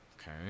Okay